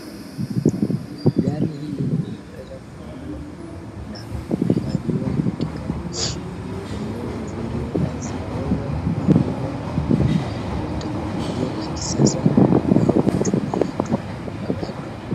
Gari hili limeeza kuundwa na kuhifadhiwa katika eneo nzuri na zimeweza kuundwa kwa teknolojia ya kisasa ambayo huchukua watu watatu.